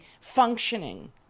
functioning